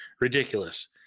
ridiculous